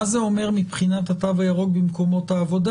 מה זה אומר מבחינת התו הירוק במקומות עבודה?